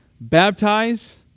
baptize